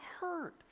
hurt